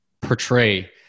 portray